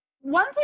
One